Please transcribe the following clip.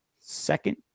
second